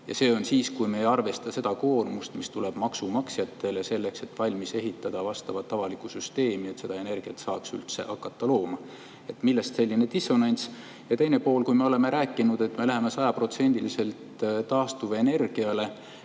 Ja see on siis, kui me ei arvesta seda koormust, mis tuleb maksumaksjatele selleks, et valmis ehitada vastav avalik süsteem, et seda energiat saaks üldse hakata looma. Millest selline dissonants? Ja teine pool. Kui me oleme rääkinud, et me läheme sajaprotsendiliselt